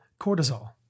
cortisol